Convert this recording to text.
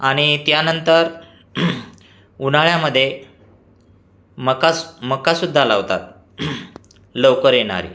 आणि त्यानंतर उन्हाळ्यामध्ये मकास मकासुद्धा लावतात लवकर येणारी